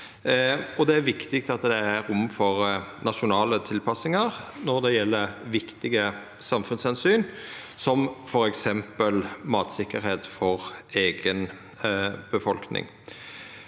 det er viktig at det er rom for nasjonale tilpassingar når det gjeld viktige samfunnsomsyn som f.eks. mattryggleik for eiga befolkning.